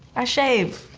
i shave.